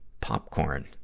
popcorn